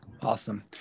Awesome